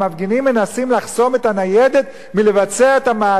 מנסים לחסום את הניידת מלבצע את המעצר,